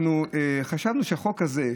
אנחנו חשבנו שהחוק הזה,